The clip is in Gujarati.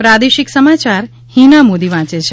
પ્રાદેશિક સમાચાર હિના મોદી વાંચે છે